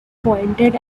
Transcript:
pointed